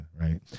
Right